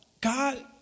God